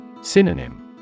Synonym